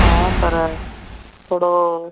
हा पर थोरो